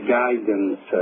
guidance